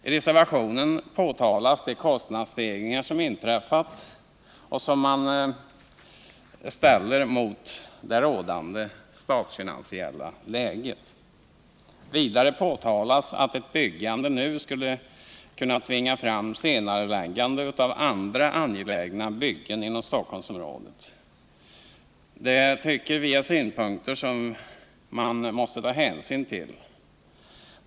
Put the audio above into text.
I reservationen påtalas, mot bakgrund av det rådande statsfinansiella läget, de kostnadsstegringar som inträffat. Vidare påtalas att ett byggande nu skulle kunna tvinga fram senareläggande av andra angelägna byggen inom Stockholmsområdet. Det är synpunkter som vi tycker att man måste ta hänsyn till.